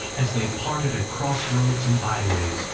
as they parted at cross-roads and bye-ways,